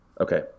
Okay